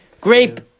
grape